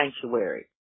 sanctuary